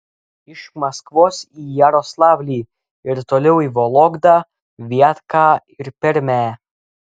iš maskvos į jaroslavlį ir toliau į vologdą viatką ir permę